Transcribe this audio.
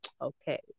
okay